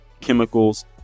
chemicals